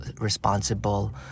responsible